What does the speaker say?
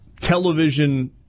television